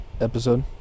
episode